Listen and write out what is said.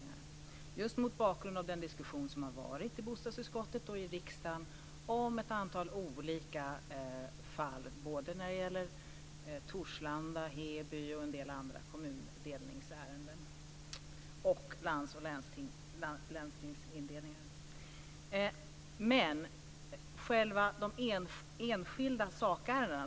Detta har skett just mot bakgrund av den diskussion som har varit i bostadsutskottet och i riksdagen om ett antal olika fall, såväl Torslanda och Heby som en del andra kommundelnings och länsdelningsärenden.